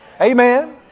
Amen